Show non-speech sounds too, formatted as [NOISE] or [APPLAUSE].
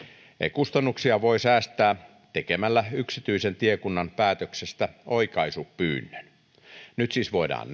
kustannuksia voi säästää tekemällä yksityisen tiekunnan päätöksestä oikaisupyynnön nyt siis voidaan [UNINTELLIGIBLE]